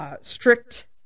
strict